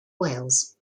wales